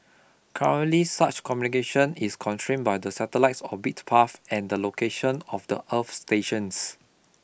currently such communication is constrained by the satellite's orbit path and the location of the earth stations